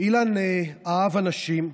אילן אהב אנשים,